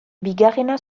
bigarrena